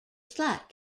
slight